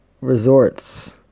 resorts